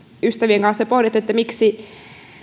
ystävien kanssa pohdittiin miksi